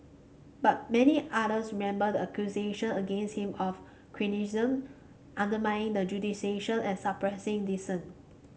but many others remember the accusation against him of cronyism undermining the and suppressing dissent